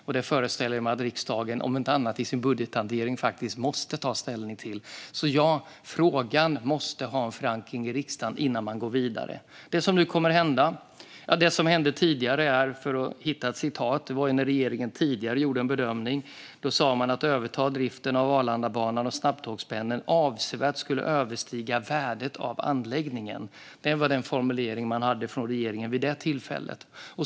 Jag föreställer mig att riksdagen, om inte annat så i sin budgethantering, måste ta ställning till det. Ja, frågan måste ha en förankring i riksdagen innan man går vidare. Den tidigare regeringen gjorde tidigare en bedömning och sa att överta driften av Arlandabanan och snabbtågspendeln avsevärt skulle överstiga värdet av anläggningen. Den formuleringen hade regeringen vid det tillfället.